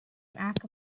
act